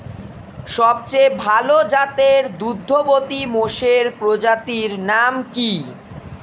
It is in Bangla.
সবচেয়ে ভাল জাতের দুগ্ধবতী মোষের প্রজাতির নাম কি?